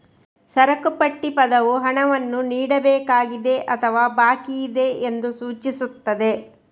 ಸರಕು ಪಟ್ಟಿ ಪದವು ಹಣವನ್ನು ನೀಡಬೇಕಾಗಿದೆ ಅಥವಾ ಬಾಕಿಯಿದೆ ಎಂದು ಸೂಚಿಸುತ್ತದೆ